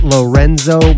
Lorenzo